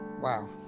Wow